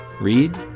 read